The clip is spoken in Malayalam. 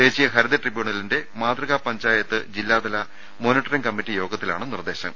ദേശീയ ഹരിത ട്രിബ്യൂണലിന്റെ മാതൃകാപഞ്ചായത്ത് ജില്ലാതല മോണിറ്ററിങ് കമ്മിറ്റി യോഗത്തിലാണ് നിർദേശം